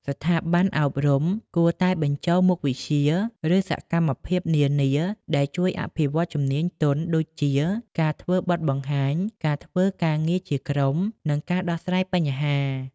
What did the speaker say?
ស្ថាប័នអប់រំគួរតែបញ្ចូលមុខវិជ្ជា ឬសកម្មភាពនានាដែលជួយអភិវឌ្ឍជំនាញទន់ ដូចជា ការធ្វើបទបង្ហាញ ការធ្វើការងារជាក្រុម និងការដោះស្រាយបញ្ហា។